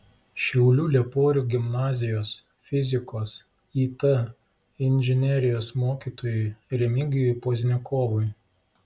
šiaulių lieporių gimnazijos fizikos it inžinerijos mokytojui remigijui pozniakovui